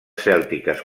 cèltiques